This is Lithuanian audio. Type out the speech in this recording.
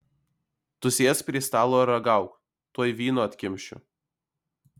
tu sėsk prie stalo ir ragauk tuoj vyno atkimšiu